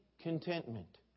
contentment